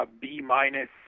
B-minus